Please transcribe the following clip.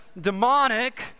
demonic